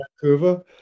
Vancouver